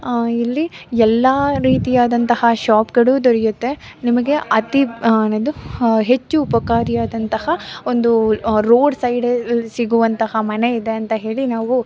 ಇಲ್ಲಿ ಎಲ್ಲ ರೀತಿಯಾದಂತಹ ಶಾಪ್ಗಳು ದೊರೆಯುತ್ತೆ ನಿಮಗೆ ಅತಿ ಅನ್ನೋದು ಹೆಚ್ಚು ಉಪಕಾರಿಯಾದಂತಹ ಒಂದು ರೋಡ್ ಸೈಡಲ್ಲಿ ಸಿಗುವಂತಹ ಮನೆ ಇದೆ ಅಂತ ಹೇಳಿ ನಾವು